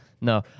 No